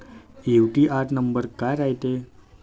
UTR number काय रायते?